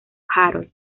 harold